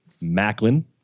Macklin